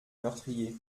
meurtrier